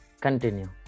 Continue